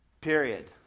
Period